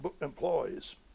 employees